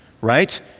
right